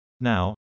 Now